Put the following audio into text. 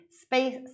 Space